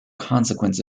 consequence